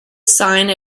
sine